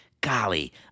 golly